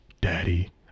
Daddy